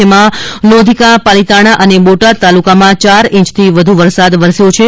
જેમાં લોધીકા પાાલિતાણા અને બોટાદ તાલુકામાં ચાર ઇંચથી વધુ વરસાદ વરસ્યો છે